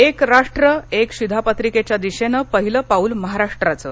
एक राष्ट्र एक शिधापत्रिकेच्या दिशेनं पहिलं पाऊल महाराष्ट्राचं